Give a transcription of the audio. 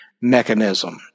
mechanism